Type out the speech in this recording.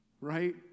right